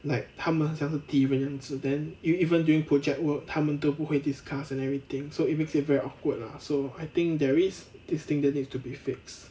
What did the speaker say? like 他们很像是敌人这样子 then even during project work 他们都不会 discuss and everything so it makes it very awkward lah so I think there is this thing that needs to be fixed